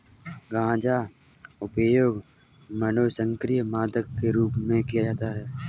गांजा उपयोग मनोसक्रिय मादक के रूप में किया जाता है